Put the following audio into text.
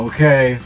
Okay